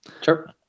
Sure